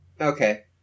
Okay